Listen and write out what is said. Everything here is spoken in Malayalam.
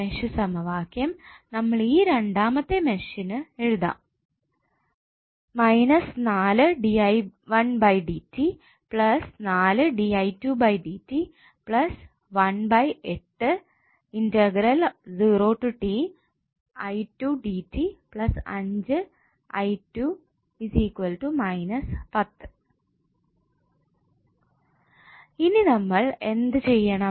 മെഷ് സമവാക്യം നമ്മൾ ഈ രണ്ടാമത്തെ മെഷിനു എഴുതാം ഇനി നമ്മൾ എന്ത് ചെയ്യണം